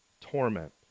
torment